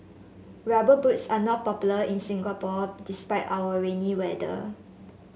rubber boots are not popular in Singapore despite our rainy weather